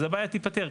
אז הבעיה תיפתר.